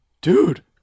dude